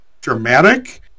dramatic